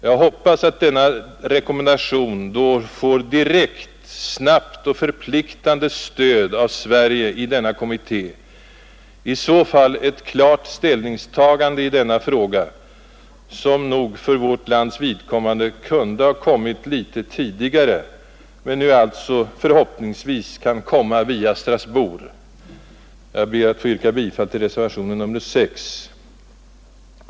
Jag hoppas att denna rekommendation då får direkt, snabbt och förpliktande stöd av Sverige i denna kommitté — i så fall ett klart ställningstagande i denna fråga som nog för vårt lands vidkommande kunde ha kommit litet tidigare men nu alltså förhoppningsvis kan komma via Strasbourg. Jag ber att få yrka bifall till reservationen 6.